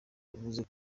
yavuze